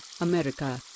America